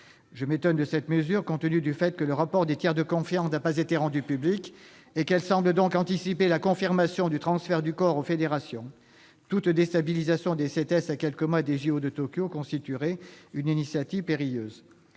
Je m'étonne de cette mesure, compte tenu du fait que le rapport des tiers de confiance n'a pas été rendu public, et qu'elle semble donc anticiper la confirmation du transfert du corps aux fédérations. Toute déstabilisation des CTS à quelques mois des JO de Tokyo constituerait une initiative périlleuse.